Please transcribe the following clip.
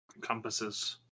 compasses